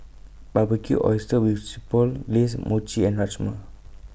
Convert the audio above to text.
Barbecued Oysters with Chipotle Glaze Mochi and Rajma